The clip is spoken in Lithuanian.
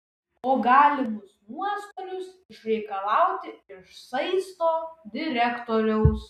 o galimus nuostolius išreikalauti iš saisto direktoriaus